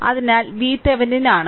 അതിനാൽ ഇത് VThevenin ആണ്